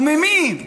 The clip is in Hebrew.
וממי?